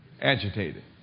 Agitated